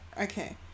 okay